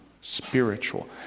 spiritual